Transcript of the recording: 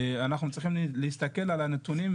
אנחנו צריכים להסתכל על הנתונים,